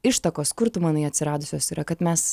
ištakos kur tu manai atsiradusios yra kad mes